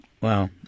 Wow